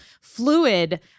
fluid